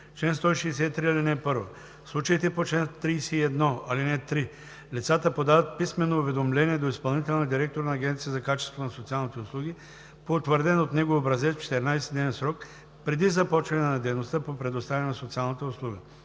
163. (1) В случаите по чл. 31, ал. 3 лицата подават писмено уведомление до изпълнителния директор на Агенцията за качеството на социалните услуги по утвърден от него образец в 14-дневен срок преди започване на дейността по предоставяне на социалната услуга.